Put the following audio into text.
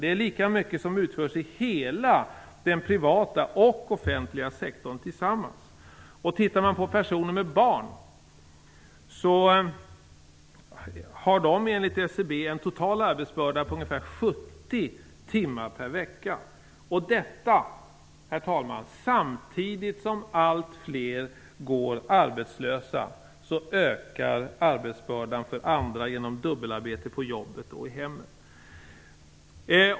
Det är lika mycket som utförs i hela den privata och offentliga sektorn tillsammans. Personer med barn har enligt SCB en total arbetsbörda på ungefär 70 timmar per vecka. Samtidigt som alltfler går arbetslösa, herr talman, ökar alltså arbetsbördan för andra genom dubbelarbete på jobbet och i hemmet.